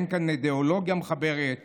אין כאן אפילו אידיאולוגיה מחברת כלשהי.